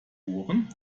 ohren